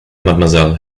mademoiselle